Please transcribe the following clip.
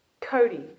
Cody